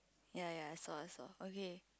ya ya I saw I saw okay